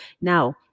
Now